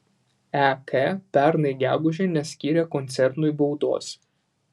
ek pernai gegužę neskyrė koncernui baudos